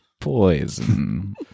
poison